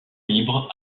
libre